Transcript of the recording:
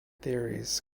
theories